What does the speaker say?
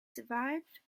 survived